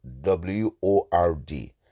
W-O-R-D